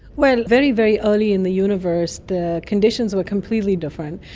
well, very, very early in the universe the conditions were completely different,